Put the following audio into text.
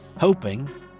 Hoping